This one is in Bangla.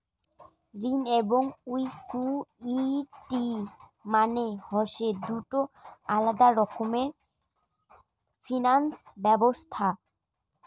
ঋণ এবং ইকুইটি মানে হসে দুটো আলাদা রকমের ফিনান্স ব্যবছস্থা